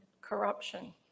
corruption